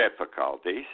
difficulties